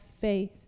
faith